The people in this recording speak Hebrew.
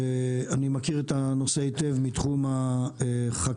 אני מכיר את הנושא היטב מתחום החקלאים